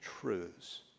truths